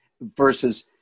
versus